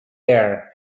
air